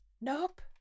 Nope